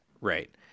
Right